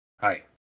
Hi